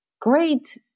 great